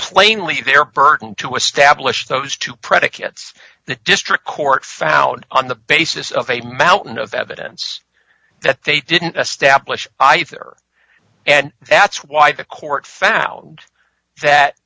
plainly their burden to establish those two predicates the district court found on the basis of a mountain of evidence that they didn't establish i fear and that's why the court found that